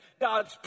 God's